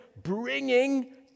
bringing